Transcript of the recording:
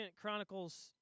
Chronicles